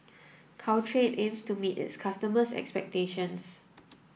Caltrate aims to meet its customers' expectations